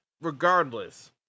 regardless